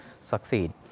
succeed